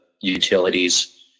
utilities